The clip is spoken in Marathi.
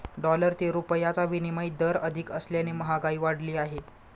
डॉलर ते रुपयाचा विनिमय दर अधिक असल्याने महागाई वाढली आहे